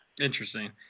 interesting